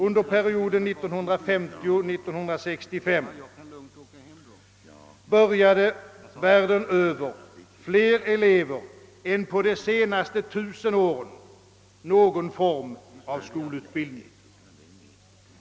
Under perioden 1950—1965 började världen över fler elever än på de senaste tusen åren någon form av skolutbildning.